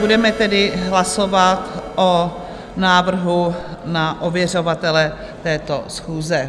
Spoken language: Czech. Budeme tedy hlasovat o návrhu na ověřovatele této schůze.